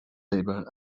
labour